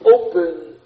open